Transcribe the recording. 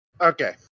Okay